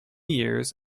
years